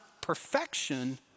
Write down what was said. perfection